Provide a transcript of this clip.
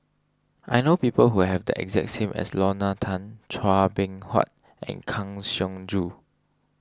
I know people who have the exact name as Lorna Tan Chua Beng Huat and Kang Siong Joo